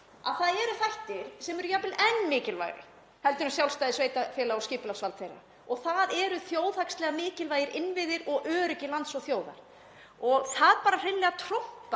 að það eru þættir sem eru jafnvel enn mikilvægara heldur en sjálfstæði sveitarfélaga og skipulagsvald þeirra og það eru þjóðhagslega mikilvægir innviðir og öryggi lands og þjóðar. Það bara hreinlega trompar